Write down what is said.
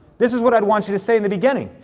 this is what i'd want you to say in the beginning.